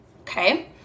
okay